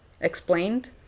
Explained